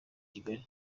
kigali